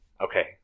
okay